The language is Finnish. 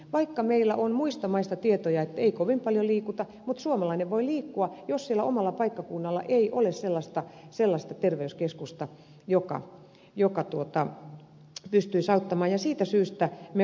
vaikka meillä on muista maista tietoja että ei kovin paljon liikuta suomalainen voi liikkua jos siellä omalla paikkakunnalla ei ole sellaista terveyskeskusta joka pystyisi auttamaan ja siitä syystä me otamme tämän askeltaen